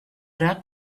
drag